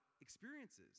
experiences